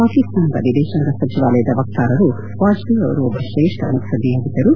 ಪಾಕಿಸ್ತಾನದ ವಿದೇಶಾಂಗ ಸಚಿವಾಲಯದ ವಕ್ತಾರು ವಾಜಪೇಯಿ ಅವರು ಒಬ್ಬ ತ್ರೇಷ್ಠ ಮುತ್ಸದ್ಧಿಯಾಗಿದ್ದರು